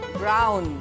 brown